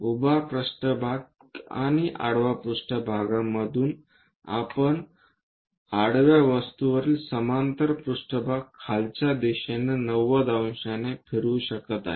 उभा पृष्ठभाग आणि आडवा पृष्ठभागा मधून आपण आडवा वस्तूवरील समांतर पृष्ठभाग खालच्या दिशेने 90 अंशांनी फिरवू शकत आहे